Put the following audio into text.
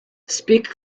speak